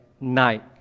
night